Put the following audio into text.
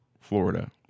Florida